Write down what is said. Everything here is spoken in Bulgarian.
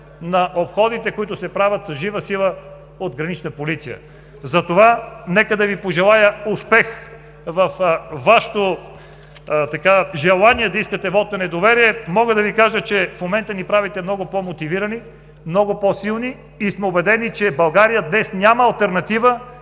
на обходите, които се правят с жива сила от Гранична полиция. Затова нека да Ви пожелая успех във Вашето желание да искате вот на недоверие. Мога да Ви кажа, че в момента ни правите много по-мотивирани, много по-силни и сме убедени, че България днес няма алтернатива